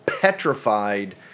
petrified